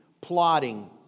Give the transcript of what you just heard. plotting